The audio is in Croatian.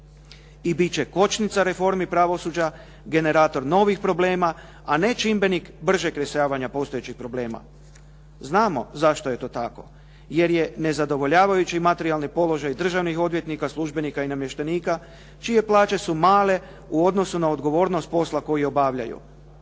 I bit će kočnica reformi pravosuđa, generator novih problema a ne čimbenik bržeg rješavanja postojećih problema. Znamo zašto je to tako. Jer je nezadovoljavajući materijalni položaj državnih odvjetnika, službenika i namještenika čije plaće su male u odnosu na odgovornost posla koji obavljaju.